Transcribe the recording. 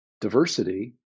diversity